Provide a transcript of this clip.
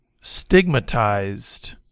stigmatized